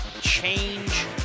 change